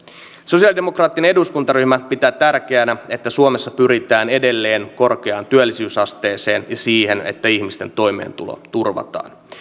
sosiaalidemokraattinen eduskuntaryhmä pitää tärkeänä että suomessa pyritään edelleen korkeaan työllisyysasteeseen ja siihen että ihmisten toimeentulo turvataan